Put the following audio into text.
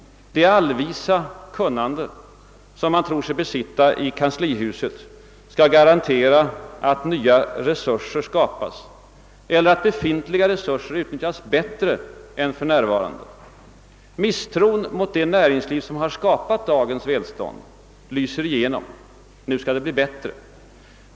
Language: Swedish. Det allvisa kunnande som man tror sig besitta i kanslihuset skall garantera att nya resurser skapas eller att befintliga resurser utnyttjas bättre än för närvarande. Misstron mot det näringsliv som har skapat dagens välstånd lyser igenom. Nu skall det bli bättre.